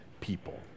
people